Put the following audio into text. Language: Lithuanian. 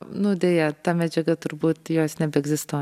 nu deja ta medžiaga turbūt jos nebeegzistuoja